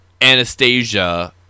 Anastasia